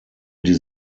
die